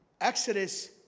Exodus